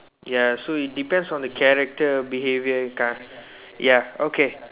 ya so it depends on the character behaviour car~ ya okay